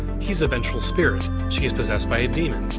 he's a vengeful spirit. she's possessed by a demon.